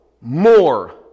more